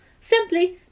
simply